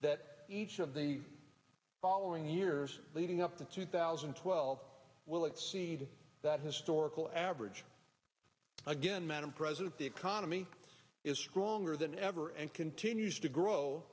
that each of the following years leading up to two thousand and twelve will exceed that historical average again madam president the economy is stronger than ever and continues to grow